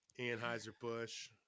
Anheuser-Busch